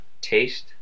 Taste